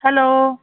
hello